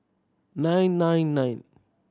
nine nine nine